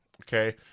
okay